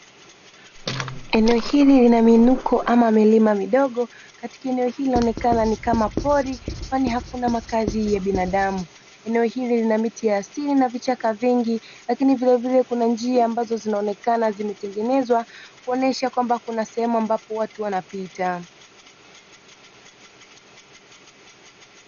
Eneo hili lina miinuko ama milima midogo, katika eneo hili linaonekana ni kama pori kwani hakuna makazi ya binadamu. Eneo hili lina miti ya asili na vichaka vingi, lakini vilevile kuna njia ambazo zinaonekana zimetengenezwa kuonesha kwamba kuna sehemu ambapo watu wanapita.